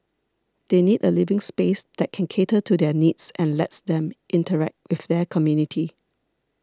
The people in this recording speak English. they need a living space that can cater to their needs and lets them interact with their community